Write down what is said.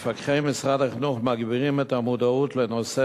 מפקחי משרד החינוך מגבירים את המודעות לנושא